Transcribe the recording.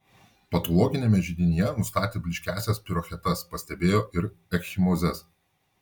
patologiniame židinyje nustatė blyškiąsias spirochetas pastebėjo ir ekchimozes